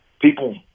people